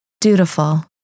Dutiful